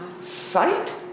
Sight